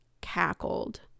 cackled